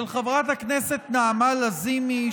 של חברת הכנסת נעמה לזימי,